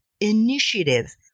initiative